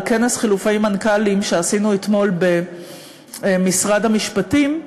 על כנס חילופי מנכ"לים שהיה אתמול במשרד המשפטים,